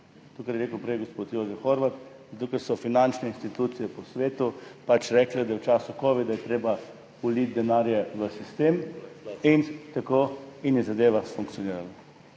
kar je rekel prej gospod Jožef Horvat, zato ker so finančne institucije po svetu pač rekle, da je v času kovida treba vliti denar v sistem in je zadeva funkcionirala.